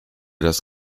das